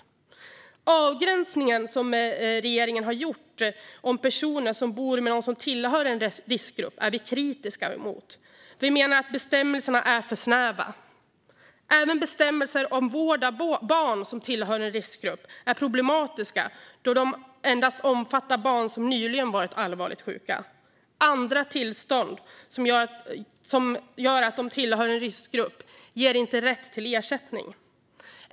Den avgränsning som regeringen har gjort för personer som bor med någon som tillhör en riskgrupp är vi kritiska mot. Vi menar att bestämmelserna är för snäva. Även bestämmelser om vård av barn som tillhör en riskgrupp är problematiska då dessa endast omfattar barn som nyligen har varit allvarligt sjuka. Andra tillstånd som gör att de tillhör en riskgrupp ger ingen rätt till ersättning.